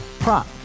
Prop